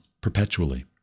perpetually